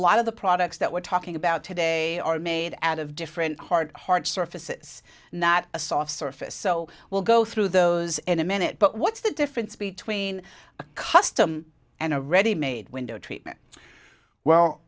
lot of the products that we're talking about today are made out of different hard hard surfaces not a soft surface so will go through those in a minute but what's the difference between a custom and a ready made window treatment well